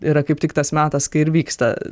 yra kaip tik tas metas kai ir vyksta